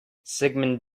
sigmund